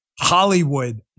Hollywood